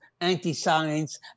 anti-science